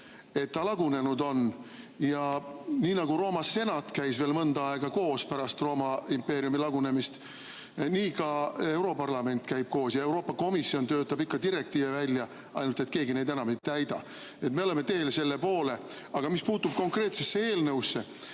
et ta lagunenud on ja nii nagu Rooma senat käis veel mõnda aega koos pärast Rooma impeeriumi lagunemist, nii ka europarlament käib koos ja Euroopa Komisjon töötab ikka direktiive välja, ainult et keegi neid enam ei täida. Me oleme teel selle poole. Aga mis puutub konkreetsesse eelnõusse,